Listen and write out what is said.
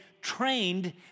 trained